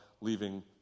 leaving